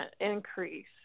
increase